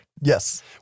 Yes